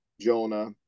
Jonah